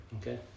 okay